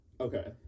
Okay